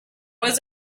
was